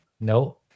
No